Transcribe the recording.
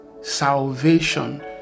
salvation